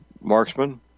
marksman